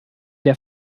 der